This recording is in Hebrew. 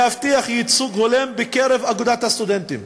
להבטיח ייצוג הולם בקרב אגודת הסטודנטים.